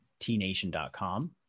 Tnation.com